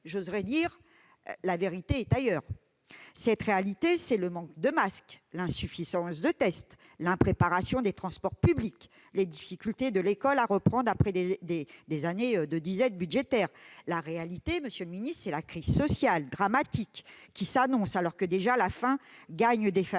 alors que la vérité est ailleurs, oserais-je dire. Cette réalité, c'est le manque de masques, l'insuffisance de tests, l'impréparation des transports publics, les difficultés de l'école à reprendre après des années de disette budgétaire ... La réalité, monsieur le ministre, c'est la crise sociale dramatique qui s'annonce, alors que déjà la faim gagne nombre de familles